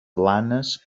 blanes